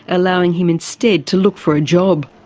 allowing him instead to look for a job.